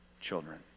children